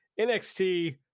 NXT